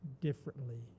differently